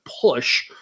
push